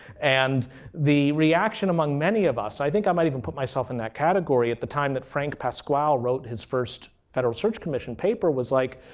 and the reaction among many of us, i think i might even put myself in that category, at the time that frank pasquale wrote his first federal search commission paper was like,